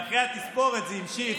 ואחרי התספורת זה המשיך,